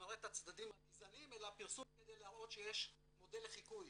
שמראה את הצדדים הגזעניים אלא פרסום כדי להראות שיש מודל לחיקוי